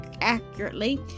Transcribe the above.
accurately